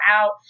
out